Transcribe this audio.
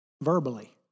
verbally